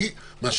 אני רוצה